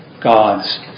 God's